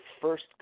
first